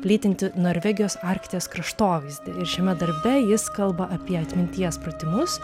plytinti norvegijos arkties kraštovaizdį ir šiame darbe jis kalba apie atminties pratimus